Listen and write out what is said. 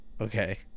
Okay